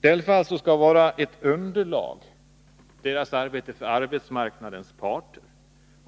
DELFA:s arbete skall alltså utgöra ett underlag för arbetsmarknadens parter.